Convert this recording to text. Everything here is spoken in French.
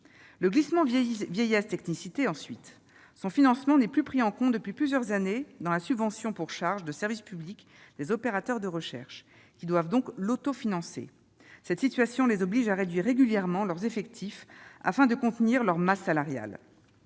le glissement vieillesse-technicité. Son financement n'est plus pris en compte depuis plusieurs années dans la subvention pour charges de service public des opérateurs de recherche, qui doivent donc l'autofinancer. Cette situation les oblige à réduire régulièrement leurs effectifs afin de contenir leur masse salariale.